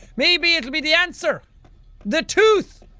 maybe it'll be the answer the tooth!